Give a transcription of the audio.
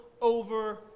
over